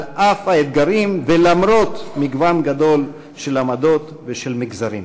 על אף האתגרים ולמרות המגוון הגדול של עמדות ושל מגזרים.